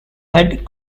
had